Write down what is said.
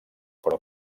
però